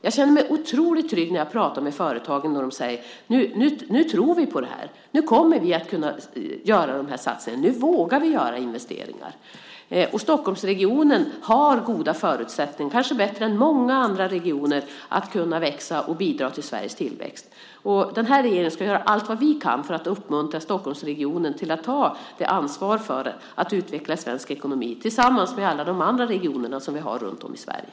Jag känner mig otroligt trygg när jag pratar med företagen och de säger: Nu tror vi på det här. Nu kommer vi att kunna göra satsningar. Nu vågar vi göra investeringar. Stockholmsregionen har goda förutsättningar, kanske bättre än många andra regioner, att växa och bidra till Sveriges tillväxt. Vi i den här regeringen ska göra allt vi kan för att uppmuntra Stockholmsregionen att ta ansvar för att utveckla svensk ekonomi tillsammans med alla de andra regionerna runtom i Sverige.